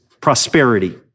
prosperity